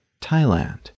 Thailand